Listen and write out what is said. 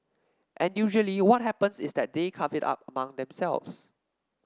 and usually what happens is that they carve it up among themselves